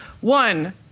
one